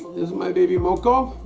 is my baby moco.